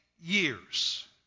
years